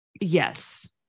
Yes